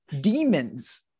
demons